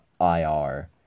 IR